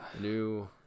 new